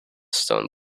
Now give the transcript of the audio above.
stone